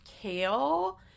Kale